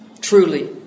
truly